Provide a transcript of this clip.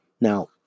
Now